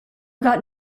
got